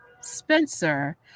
Spencer